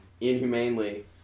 inhumanely